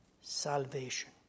salvation